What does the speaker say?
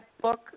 book